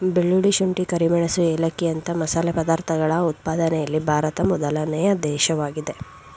ಬೆಳ್ಳುಳ್ಳಿ, ಶುಂಠಿ, ಕರಿಮೆಣಸು ಏಲಕ್ಕಿಯಂತ ಮಸಾಲೆ ಪದಾರ್ಥಗಳ ಉತ್ಪಾದನೆಯಲ್ಲಿ ಭಾರತ ಮೊದಲನೇ ದೇಶವಾಗಿದೆ